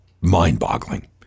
mind-boggling